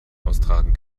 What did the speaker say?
austragen